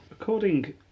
according